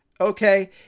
Okay